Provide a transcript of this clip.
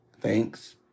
Thanks